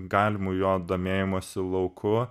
galimu jo domėjimosi lauku